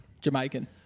Jamaican